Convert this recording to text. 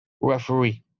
referee